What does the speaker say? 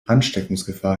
ansteckungsgefahr